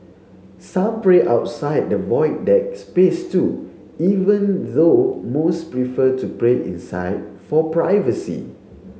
some pray outside the Void Deck space too even though most prefer to pray inside for privacy